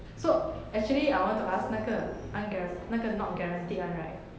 so actually I want to ask 那个 unguaran~ 那个 not guaranteed one right